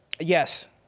Yes